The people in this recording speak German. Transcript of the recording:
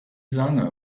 lange